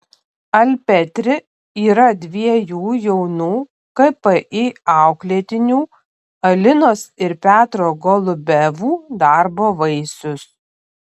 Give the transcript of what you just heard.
alpetri yra dviejų jaunų kpi auklėtinių alinos ir petro golubevų darbo vaisius